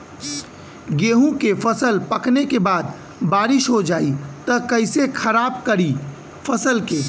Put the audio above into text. गेहूँ के फसल पकने के बाद बारिश हो जाई त कइसे खराब करी फसल के?